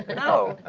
but no.